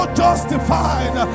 justified